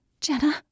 Jenna